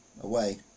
away